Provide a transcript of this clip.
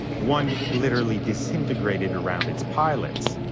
one literally disintegrated around its pilots.